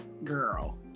girl